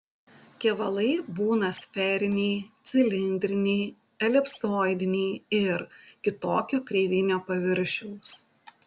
kevalai būna sferiniai cilindriniai elipsoidiniai ir kitokio kreivinio paviršiaus